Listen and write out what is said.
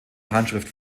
handschrift